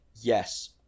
yes